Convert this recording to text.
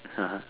(uh huh)